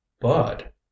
But